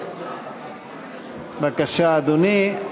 מס' 887. בבקשה, אדוני.